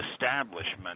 establishment